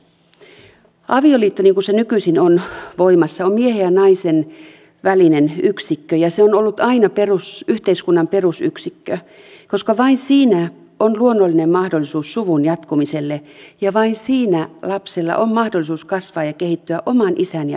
avioliitto niin kuin se nykyisin on voimassa on miehen ja naisen välinen yksikkö ja se on ollut aina yhteiskunnan perusyksikkö koska vain siinä on luonnollinen mahdollisuus suvun jatkumiselle ja vain siinä lapsella on mahdollisuus kasvaa ja kehittyä oman isän ja äidin kanssa